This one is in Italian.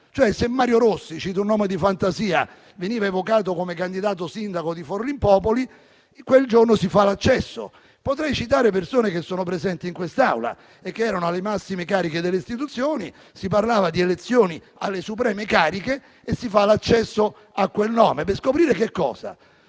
Se Mario Rossi - cito un nome di fantasia - veniva evocato come candidato sindaco ad esempio di Forlimpopoli, quel giorno si fa l'accesso. Potrei citare persone che sono presenti in quest'Aula e che erano alle massime cariche delle istituzioni; si parlava di elezioni alle supreme cariche e si fa l'accesso a quel nome. Ma per scoprire che cosa?